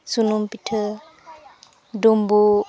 ᱥᱩᱱᱩᱢ ᱯᱤᱴᱷᱟᱹ ᱰᱩᱵᱩᱜ